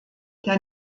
der